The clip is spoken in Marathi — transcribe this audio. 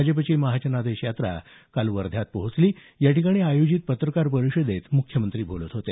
भाजपची महाजनादेश यात्रा काल वर्ध्यात पोहोचली याठिकाणी आयोजित पत्रकार परिषदेत मुख्यमंत्री बोलत होते